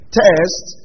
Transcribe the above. test